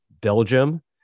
Belgium